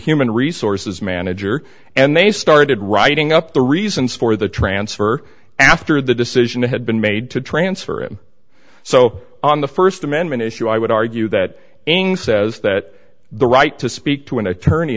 human resources manager and they started writing up the reasons for the transfer after the decision had been made to transfer him so on the first amendment issue i would argue that ng says that the right to speak to an attorney